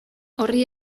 horri